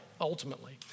ultimately